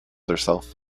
herself